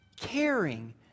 caring